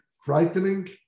Frightening